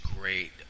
great